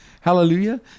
Hallelujah